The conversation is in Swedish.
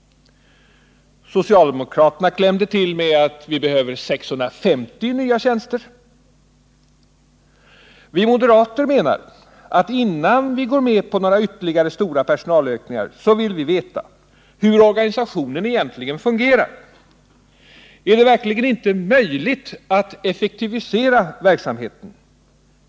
Socialdemokraterna klämde till med att det behövdes 650 nya tjänster. Vi moderater menar att innan vi går med på några ytterligare stora «personalökningar vill vi veta hur organisationen egentligen fungerar. Är det verkligen inte möjligt att effektivisera verksamheten?